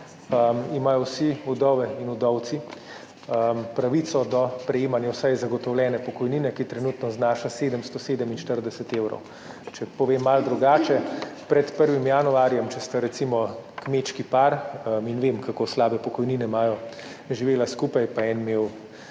imajo vse vdove in vdovci pravico do prejemanja vsaj zagotovljene pokojnine, ki trenutno znaša 747 evrov. Če povem malo drugače. Če je pred 1. januarjem recimo kmečki par, vem, kako slabe pokojnine imajo, živel skupaj in je imel